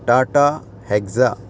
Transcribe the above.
Tata hexa